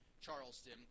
Charleston